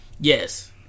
Yes